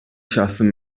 şahsın